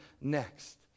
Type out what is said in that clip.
next